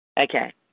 Okay